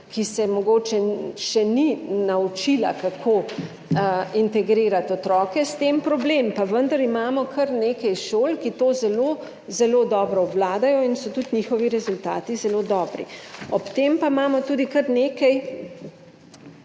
ki se mogoče še ni naučila, kako integrirati otroke, s tem problem, pa vendar imamo kar nekaj šol, ki to zelo zelo dobro obvladajo in so tudi njihovi rezultati zelo dobri. Ob tem pa imamo tudi kar nekaj